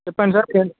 చెప్పండి సార్ నేను